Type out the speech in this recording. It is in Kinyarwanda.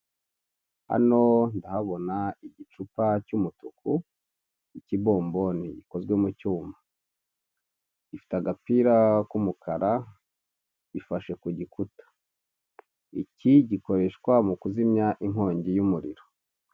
Hano ndahabona igicupa cy'umutuku, ikibomboni gikozwe mu cyuma. Gifite agapira k'umukara, gifashe kugikuta. Iki gikoreshwa mu kuzimya inkongi y'umuriro.